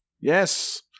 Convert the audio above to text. Yes